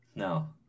No